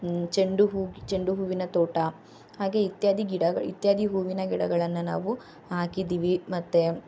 ಚೆಂಡು ಹೂವು ಚೆಂಡು ಹೂವಿನ ತೋಟ ಹಾಗೇ ಇತ್ಯಾದಿ ಗಿಡ ಇತ್ಯಾದಿ ಹೂವಿನ ಗಿಡಗಳನ್ನು ನಾವು ಹಾಕಿದೀವಿ ಮತ್ತು